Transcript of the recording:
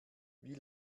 wie